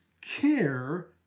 care